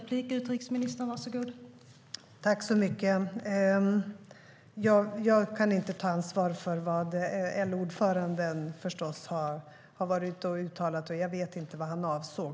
Fru talman! Jag kan förstås inte ta ansvar för vad LO-ordföranden har uttalat och tänker inte bemöta det.